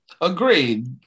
Agreed